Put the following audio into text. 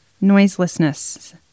noiselessness